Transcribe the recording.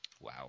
Wow